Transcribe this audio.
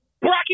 Bracket